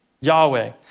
Yahweh